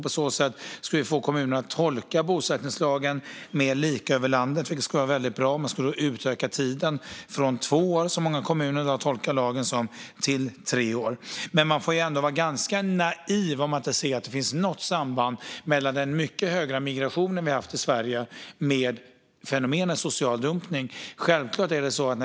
På så sätt skulle vi få kommunerna att tolka bosättningslagen mer lika över landet, vilket vore bra. Man skulle kunna utöka tiden från två år, vilket är många kommuners tolkning av lagen, till tre år. Man får dock ändå vara ganska naiv om man inte ser något samband mellan den mycket höga migration vi har haft till Sverige och fenomenet social dumpning.